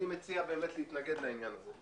מציע להתנגד לכך.